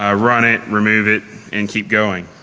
um run it, remove it, and keep going.